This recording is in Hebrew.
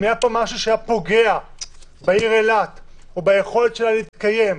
אם היה פה משהו שהיה פוגע בעיר אילת או ביכולת שלה להתקיים,